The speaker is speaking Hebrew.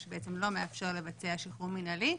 מה שבעצם לא מאפשר לבצע שחרור מינהלי.